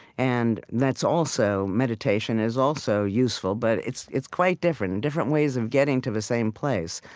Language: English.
and that's also meditation is also useful, but it's it's quite different, and different ways of getting to the same place.